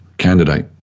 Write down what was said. candidate